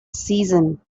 season